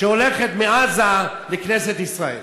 שהולכת מעזה לכנסת ישראל.